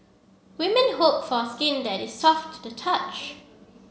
women hope for skin that is soft to the touch